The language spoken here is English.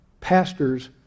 pastors